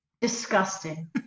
Disgusting